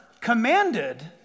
commanded